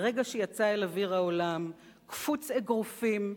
מרגע שיצא אל אוויר העולם קפוץ אגרופים,